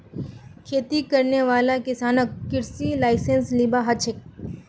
खेती करने वाला किसानक कृषि लाइसेंस लिबा हछेक